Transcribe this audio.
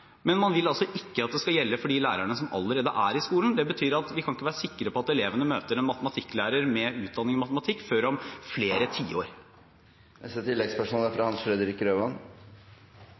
men man vil altså ikke at det skal gjelde for de lærerne som allerede er i skolen. Det betyr at vi ikke kan være sikre på at elevene møter en matematikklærer med utdanning i matematikk før om flere tiår. Hans Fredrik Grøvan – til oppfølgingsspørsmål. På yrkesfag er